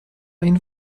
این